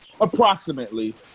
approximately